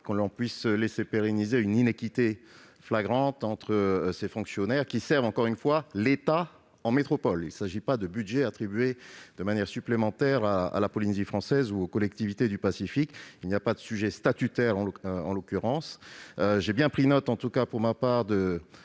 l'on puisse laisser se pérenniser une iniquité flagrante entre ces fonctionnaires, qui servent, j'y insiste, l'État en métropole. Il n'est pas question d'attribuer un budget supplémentaire à la Polynésie française ou aux collectivités du Pacifique. Il n'y a pas de sujet statutaire en l'occurrence. J'ai bien pris note, en tout cas, de